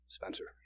Spencer